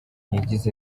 yagize